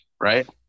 right